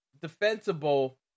defensible